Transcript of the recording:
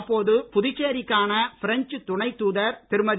அப்போது புதுச்சேரிக்கான பிரெஞ்ச் துணைத் தூதர் திருமதி